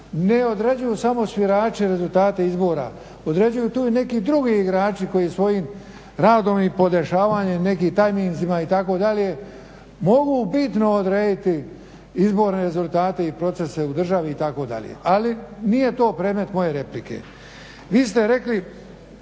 ne određuju samo svirači rezultate izbora, određuju tu i neki drugi igrači koji svojim radom i podešavanjem, nekim tajminzima itd., mogu bitno odrediti izborne rezultate i procese u državi itd.. Ali nije to predmet moje replike. Vi ste rekli,